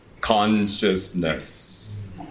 consciousness